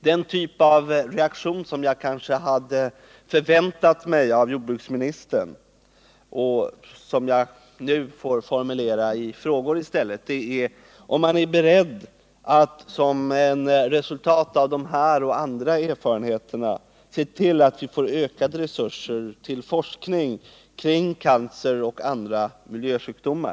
Den typ av reaktion som jag hade förväntat mig från jordbruksministern får jag nu i stället formulera i frågor: Är jordbruksministern beredd att som resultat av de här åberopade erfarenheterna och även andra erfarenheter se till att vi får ökade resurser till forskning kring cancer och andra miljösjukdomar?